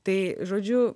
tai žodžiu